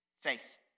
Faith